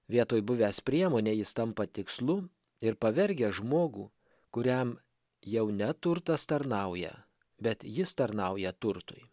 vietoj buvęs priemonė jis tampa tikslu ir pavergia žmogų kuriam jau ne turtas tarnauja bet jis tarnauja turtui